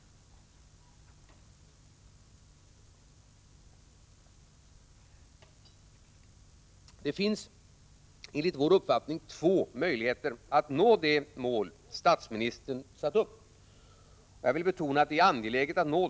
Det finns enligt vår uppfattning två möjligheter att nå det mål som statsministern satt upp. Jag vill betona att det är angeläget att nå det.